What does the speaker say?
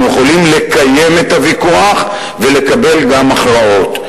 אנחנו יכולים לקיים את הוויכוח וגם לקבל הכרעות.